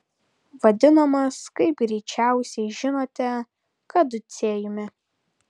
vadinamas kaip greičiausiai žinote kaducėjumi